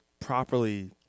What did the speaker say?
properly